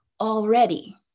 already